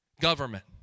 government